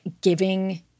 giving